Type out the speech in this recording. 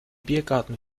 biergarten